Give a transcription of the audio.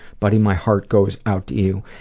buddy, my heart goes out to you,